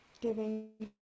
giving